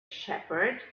shepherd